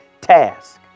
task